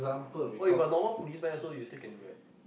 !wah! if you are a normal police man so you still can still do that